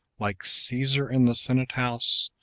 like caesar in the senate house,